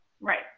right